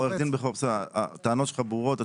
עו"ד בכור, בסדר, הטענות שלך ברורות.